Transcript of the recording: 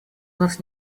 нас